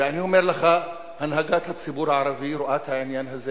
ואני אומר לך: הנהגת הציבור הערבי רואה את העניין הזה